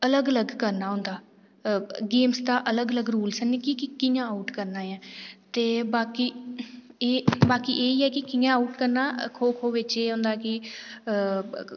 अलग अलग करना होंदा गेम्स दा अलग अलग रूल्स न की कियां कियां आऊट करना ऐ ते बाकी ते बाकी एह् की कियां आऊट करना खो खो बिच एह् होंदा कि